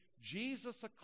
Jesus